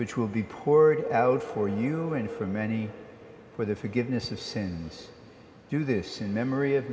which will be poured out for you and for many for the forgiveness of sins do this in memory of